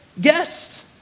guests